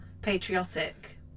patriotic